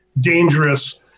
dangerous